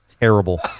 Terrible